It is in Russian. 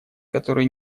которые